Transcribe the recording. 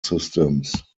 systems